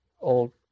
old